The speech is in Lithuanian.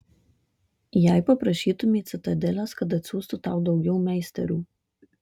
jei paprašytumei citadelės kad atsiųstų tau daugiau meisterių